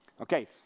Okay